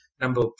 number